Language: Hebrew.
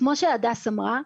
כמו שהדס אמרה,